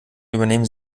übernehmen